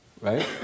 right